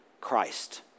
Christ